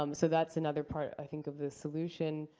um so that's another part, i think, of the solution.